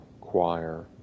choir